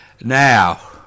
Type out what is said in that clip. Now